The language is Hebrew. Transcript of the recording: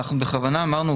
אנחנו בכוונה אמרנו,